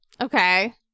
Okay